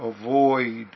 avoid